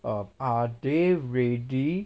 err are they ready